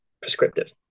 prescriptive